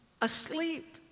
asleep